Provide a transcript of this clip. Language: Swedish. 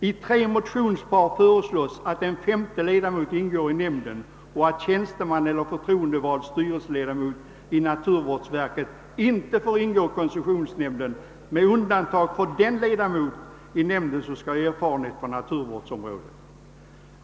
I tre motionspar föreslås att en femte ledamot skall ingå i nämnden och att tjänsteman eller förtroendevald styrelseledamot i naturvårdsverket inte får tillhöra koncessionsnämnden med undantag av den ledamot som skall ha erfarenhet från naturvårdsområdet.